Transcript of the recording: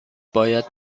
باید